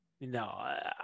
no